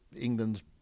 England's